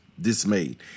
dismayed